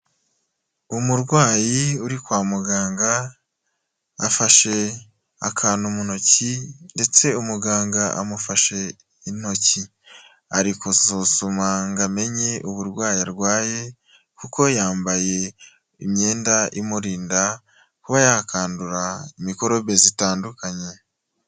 Umurwayi uri kwa muganga, afashe akantu mu ntoki ndetse umuganga amufashe intoki. Arisuzuma ngo amenye uburwayi arwaye, kuko yambaye imyenda imurinda kuba yakandura mikorobe zitandukanye.